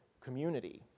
community